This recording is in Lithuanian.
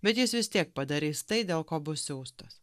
bet jis vis tiek padarys tai dėl ko bus siųstas